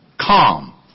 calm